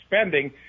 spending